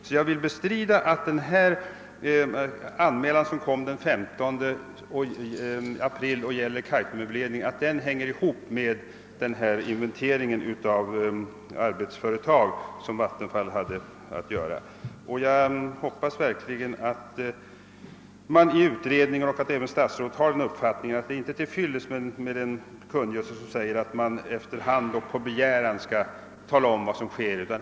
Jag vill alltså bestrida att den anmälan som gjordes den 15 april och gäller Kaitumöverledningen hänger samman med den inventering av arbetsföretag som Vattenfall hade att göra. Jag hoppas verkligen att både utredningen och statsrådet har den uppfattningen att det inte är till fyllest med en kungörelse som säger att man efter hand och på begäran skall tala om vad som sker.